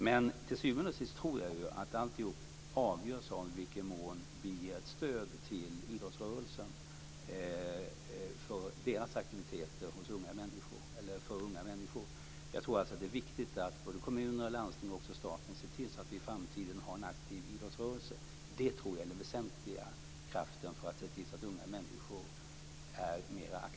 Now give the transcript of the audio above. Men till syvende och sist tror jag att alltihop avgörs av i vilken mån vi ger ett stöd till idrottsrörelsen för dess aktiviteter för unga människor. Jag tror att det är viktigt att kommuner och landsting och även staten ser till att vi i framtiden har en aktiv idrottsrörelse. Jag tror att det är den väsentliga kraften för att se till att unga människor blir mera aktiva.